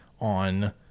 on